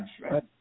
right